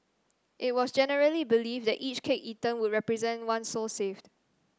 it was generally believed that each cake eaten would represent one soul saved